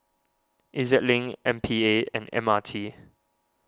E Z Link M P A and M R T